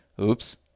Oops